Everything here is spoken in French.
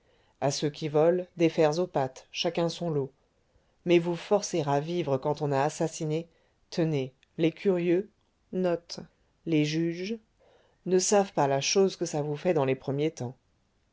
à ceux qui volent des fers aux pattes chacun son lot mais vous forcer à vivre quand on a assassiné tenez les curieux ne savent pas la chose que ça vous fait dans les premiers temps